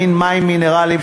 למן מים מינרליים,